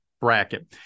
bracket